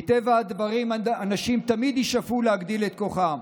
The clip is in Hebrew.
מטבע הדברים, אנשים תמיד ישאפו להגדיל את כוחם,